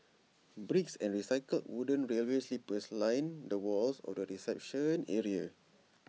bricks and recycled wooden railway sleepers line the walls of the reception area